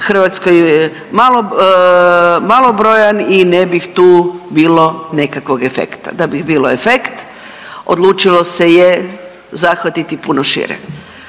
Hrvatskoj, u RH malo, malobrojan i ne bih tu bilo nekakvog efekta, da bi bilo efekt odlučilo se je zahvatiti puno šire.